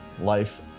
life